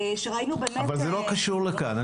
ראינו --- אבל זה לא קשור לכאן.